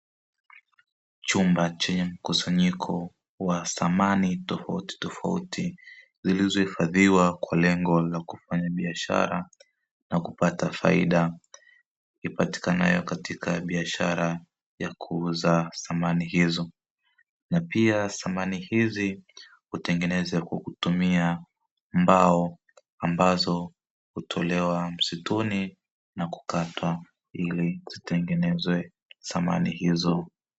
Chumba chenye mkusanyiko wa samani tofautitofauti, zilizohifadhiwa kwa lengo la kufanya biashara na kupata faida, ipatikanayo katika biashara ya kuuza samani hizo. Na pia samani hizi hutengenezwa kwa kutumia mbao, ambazo hutolewa msituni na kukata, ili zitengenezwe samani hizo.